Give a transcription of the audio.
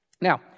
Now